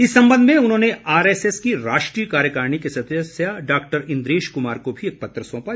इस संबंध में उन्होंने आरएसएस की राष्ट्रीय कार्यकारिणी के सदस्य डॉक्टर इन्द्रेश कुमार को भी एक पत्र सौंपा